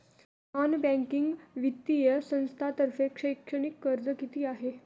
Non banking वित्तीय संस्थांतर्फे शैक्षणिक कर्ज किती आहे?